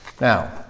Now